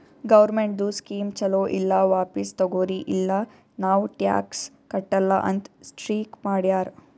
ಗೌರ್ಮೆಂಟ್ದು ಸ್ಕೀಮ್ ಛಲೋ ಇಲ್ಲ ವಾಪಿಸ್ ತಗೊರಿ ಇಲ್ಲ ನಾವ್ ಟ್ಯಾಕ್ಸ್ ಕಟ್ಟಲ ಅಂತ್ ಸ್ಟ್ರೀಕ್ ಮಾಡ್ಯಾರ್